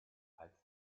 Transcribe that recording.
als